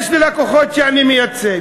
יש לי לקוחות שאני מייצג.